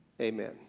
Amen